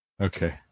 Okay